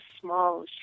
small